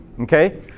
okay